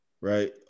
Right